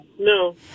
No